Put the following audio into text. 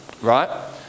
right